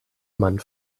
mann